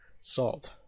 salt